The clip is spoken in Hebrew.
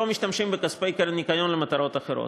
לא משתמשים בכספי הקרן לשמירת הניקיון למטרות אחרות.